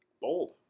bold